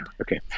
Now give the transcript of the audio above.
okay